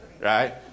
right